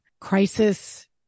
crisis